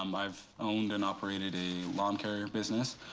um i've owned and operated a lawn care business.